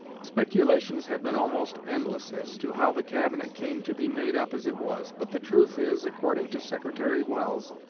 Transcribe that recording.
speculations have been almost endless as to how the cabinet came to be made up as it was. but the truth is, according to secretary welles,